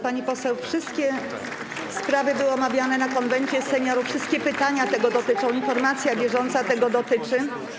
Pani poseł, wszystkie sprawy były omawiane na posiedzeniu Konwentu Seniorów, wszystkie pytania tego dotyczą, informacja bieżąca tego dotyczy.